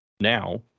now